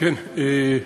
חברים,